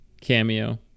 cameo